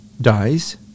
dies